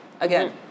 again